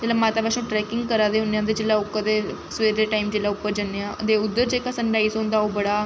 जेल्लै माता बैष्णो ट्रैकिंग करा दे होन्ने आं ते जेल्लै ओह् कदें सवेरे टाइम उप्पर जन्ने आं ते उद्धर जेह्का सन राइज होंदा ओह् बड़ा